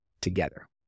together